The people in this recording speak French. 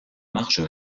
marges